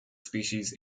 species